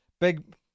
big